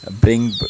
bring